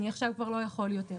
אני עכשיו כבר לא יכול יותר.